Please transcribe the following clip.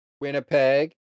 Winnipeg